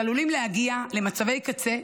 שעלולים להגיע למצבי קצה,